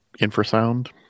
infrasound